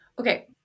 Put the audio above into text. Okay